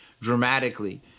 dramatically